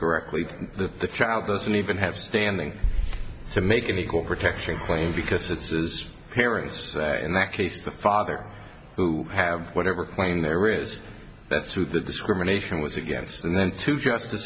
correctly the child doesn't even have standing to make an equal protection claim because it says parents in that case the father who have whatever claim there is that's who the discrimination was against and then two justice